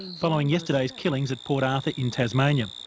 following yesterday's killings at port arthur in tasmania.